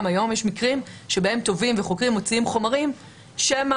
גם היום יש מקרים שבהם תובעים וחוקרים מוציאים חומרים שמא,